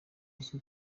uzwi